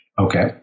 Okay